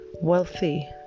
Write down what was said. wealthy